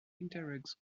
interest